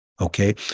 Okay